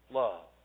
love